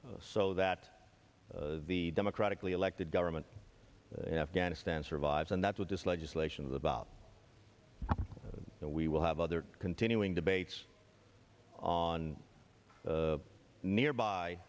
so that the democratically elected government in afghanistan survives and that's what this legislation is about and we will have other continuing debates on the nearby